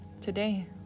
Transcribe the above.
today